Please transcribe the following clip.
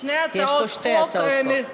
שתי הצעות החוק.